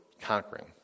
conquering